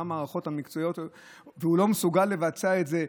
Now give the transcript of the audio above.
מה המערכות המקצועיות חושבות והוא לא מסוגל לבצע את זה,